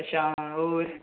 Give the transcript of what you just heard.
अच्छा होर